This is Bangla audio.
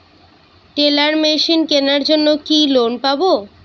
টেলার মেশিন কেনার জন্য কি লোন পাব?